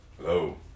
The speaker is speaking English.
Hello